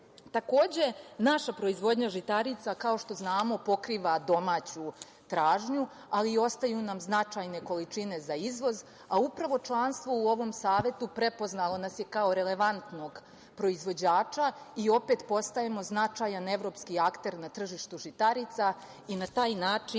naša proizvodnja žitarica, kao što znamo, pokriva domaću tražnju, ali ostaju nam značajne količine za izvoz, a upravo članstvo u ovom Savetu prepoznalo nas je kao relevantnog proizvođača i opet postajemo značajan evropski akter na tržištu žitarica i na taj način